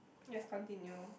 yes continue